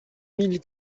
mille